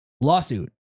lawsuit